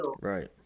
right